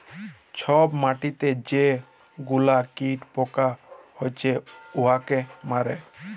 ছব মাটিতে যে গুলা কীট পকা হছে উয়াকে মারে